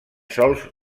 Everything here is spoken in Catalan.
sols